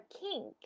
kink